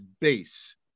base